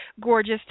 gorgeous